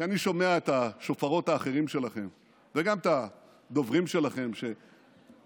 כי אני שומע את השופרות האחרים שלכם וגם את הדוברים שלכם שמזלזלים